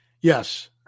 Yes